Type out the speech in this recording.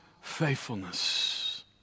faithfulness